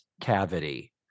cavity